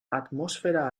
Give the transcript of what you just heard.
atmósfera